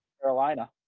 Carolina